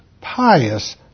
pious